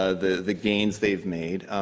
ah the the gains they've made,